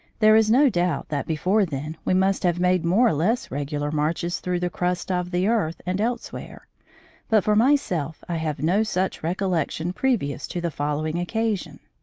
there is no doubt that before then we must have made more or less regular marches through the crust of the earth and elsewhere but for myself i have no such recollection previous to the following occasion.